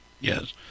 Yes